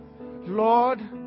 Lord